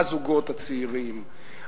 הזוגות הצעירים,